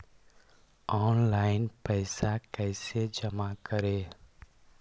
Online पैसा कैसे जमा करे?